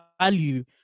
value